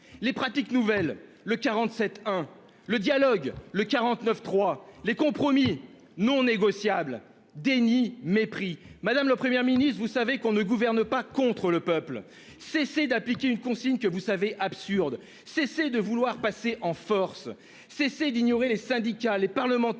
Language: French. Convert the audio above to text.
Les pratiques nouvelles ? Le 47-1 ! Le dialogue ? Le 49.3 ! Les compromis ?« C'est non négociable »! En résumé : déni, mépris ! Madame la Première ministre, vous savez que l'on ne gouverne pas contre le peuple. Cessez d'appliquer une consigne que vous savez absurde, cessez de vouloir passer en force, cessez d'ignorer les syndicats, les parlementaires